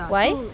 why